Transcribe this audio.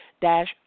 dash